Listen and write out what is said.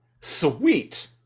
Sweet